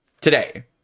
today